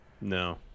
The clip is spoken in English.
No